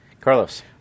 Carlos